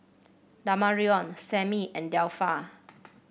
Damarion Sammie and Delpha